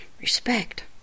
respect